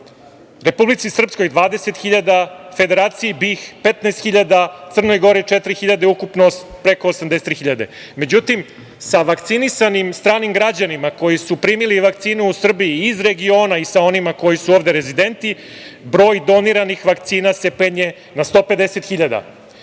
Republici Srpskoj 20 hiljada, Federaciji BiH 15 hiljada, Crnoj Gori četiri hiljade, ukupno preko 83 hiljade. Međutim, sa vakcinisanim stranim građanima koji su primili vakcinu u Srbiji iz regiona i sa onima koji su ovde rezidenti broj doniranih vakcina se penje na 150